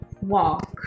walk